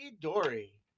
Dory